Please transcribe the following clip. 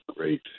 -great